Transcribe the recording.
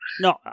no